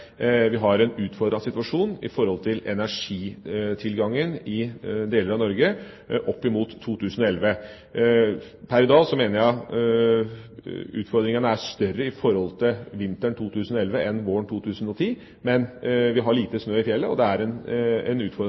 vi har en utfordrende situasjon når det gjelder energitilgangen i deler av Norge mot 2011. Per i dag mener jeg utfordringene er større i forhold til vinteren 2011 enn våren 2010. Men vi har lite snø i fjellet, og det er en